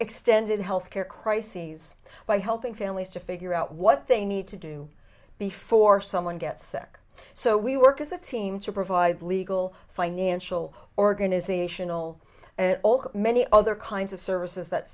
extended health care crises by helping families to figure out what they need to do before someone gets sick so we work as a team to provide legal financial organisational many other kinds of services that